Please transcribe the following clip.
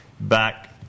back